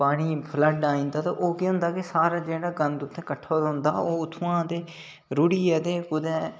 पानी फ्लड्ड आई जंदा ते ओह् केह् होई जंदा कि सारा जेह्ड़ा गंद ओह् किट्ठा होई जंदा ओह् उत्थुआं दा रुढ़ियै ते कुतै